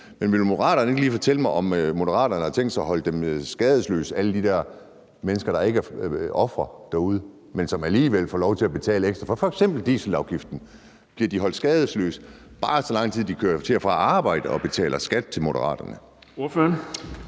Vil Moderaterne ikke lige fortælle mig, om Moderaterne har tænkt sig at holde alle de mennesker skadesløse, der ikke er ofre derude, men alligevel får lov til at betale ekstra med f.eks. dieselafgiften, bare så lang tid de kører til og fra arbejde og betaler skat til Moderaterne? Kl.